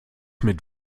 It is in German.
mit